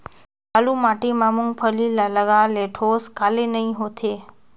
बालू माटी मा मुंगफली ला लगाले ठोस काले नइ होथे?